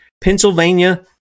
Pennsylvania